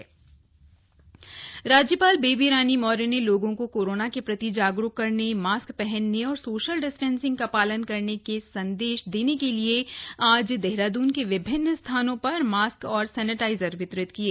राज्यपाल कोरोना जागरूकता राज्यपाल बेबी रानी मौर्य ने लोगों को कोरोना के प्रति जागरूक करने मास्क पहनने और सोशल डिस्टेसिंग का पालन करने का संदेश देने के लिए आज देहरादुन के विभिन्न स्थानों पर मास्क और सेनेटाइजर वितरित किये